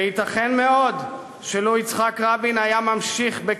וייתכן מאוד שלו המשיך יצחק רבין בכהונתו,